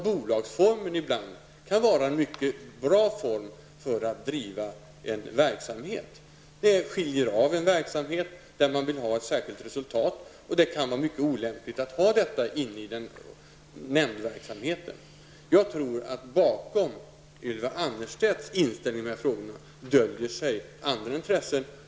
Bolagsformen kan ibland vara en mycket bra form att driva en verksamhet i. Man skiljer av en verksamhet för vilken man vill ha ett särskilt resultat, och det kan vara mycket olämpligt att ha detta inom nämndverksamheten. Jag tror att bakom Ylva Annerstedts inställning i dessa frågor döljer sig andra intressen.